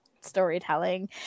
storytelling